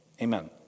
Amen